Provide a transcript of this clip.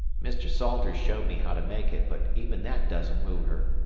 mr. salters showed me how to make it but even that doesn't move her.